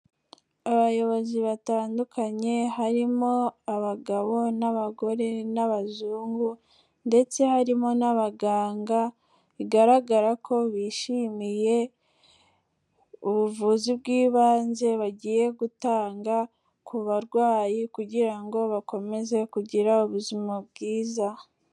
Abayobozi batandukanye harimo abagabo n'abagore n'abazungu ndetse harimo n'abaganga, bigaragara ko bishimiye ubuvuzi bw'ibanze bagiye gutanga ku barwayi kugira ngo bakomeze kugira ubuzima bwiza.